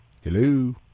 Hello